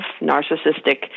narcissistic